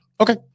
Okay